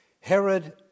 Herod